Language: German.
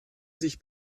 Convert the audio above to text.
sich